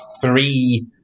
three